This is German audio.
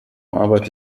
arbeite